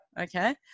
Okay